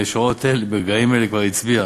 ברגעים אלה כבר הצביעה,